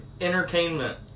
entertainment